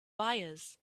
buyers